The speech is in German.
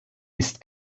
ist